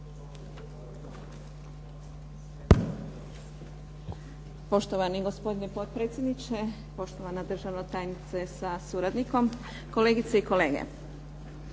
Poštovani gospodine potpredsjedniče, poštovana državna tajnice sa suradnikom, kolegice i kolege.